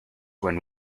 when